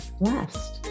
blessed